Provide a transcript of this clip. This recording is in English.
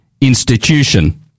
institution